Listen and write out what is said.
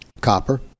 copper